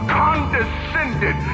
condescended